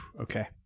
Okay